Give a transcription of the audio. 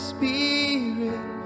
Spirit